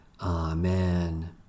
Amen